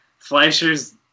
fleischers